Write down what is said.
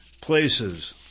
places